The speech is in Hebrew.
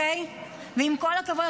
ועם כל הכבוד,